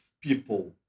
people